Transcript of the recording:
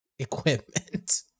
equipment